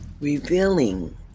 revealing